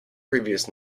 previous